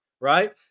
Right